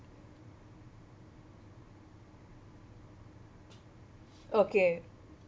okay